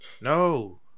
no